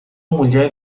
mulher